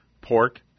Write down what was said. pork